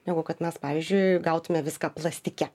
negu kad mes pavyzdžiui gautume viską plastike